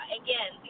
again